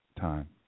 time